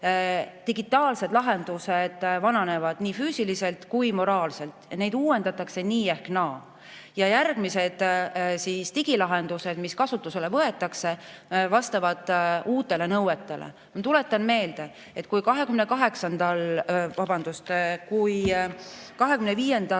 digitaalsed lahendused vananevad nii füüsiliselt kui moraalselt, neid uuendatakse nii või naa. Ja järgmised digilahendused, mis kasutusele võetakse, vastavad uutele nõuetele. Tuletan meelde, et kui 2025. aastal